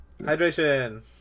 Hydration